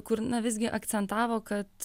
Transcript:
kur na visgi akcentavo kad